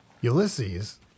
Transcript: Ulysses